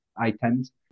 items